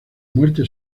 muerte